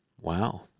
Wow